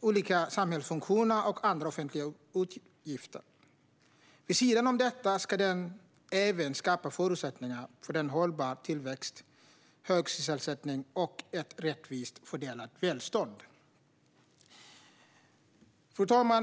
olika samhällsfunktioner och andra offentliga utgifter. Vid sidan om detta ska den även skapa förutsättningar för en hållbar tillväxt, hög sysselsättning och ett rättvist fördelat välstånd. Fru talman!